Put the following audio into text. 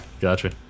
Gotcha